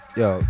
yo